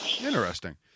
interesting